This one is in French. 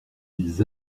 ils